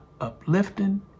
uplifting